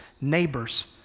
neighbors